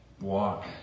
walk